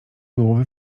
byłoby